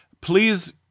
please